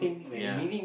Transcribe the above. ya